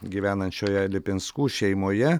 gyvenančioje lipinskų šeimoje